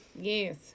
Yes